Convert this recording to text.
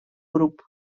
grup